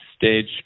stage